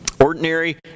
Ordinary